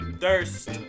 Thirst